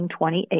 1928